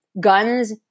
guns